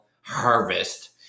harvest